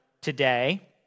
today